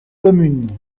communes